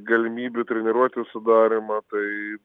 galimybių treniruočių sudarymą tai